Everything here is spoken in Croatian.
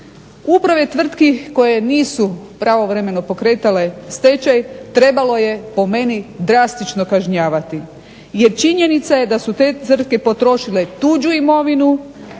Uprave tvrtki koje nisu pravovremeno pokretale stečaj trebalo je po meni drastično kažnjavati, jer činjenica je da su te tvrtke potrošile tuđu imovinu,